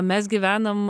mes gyvenam